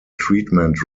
treatment